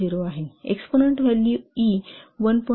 0 आहे आणि exponent value E 1